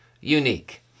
unique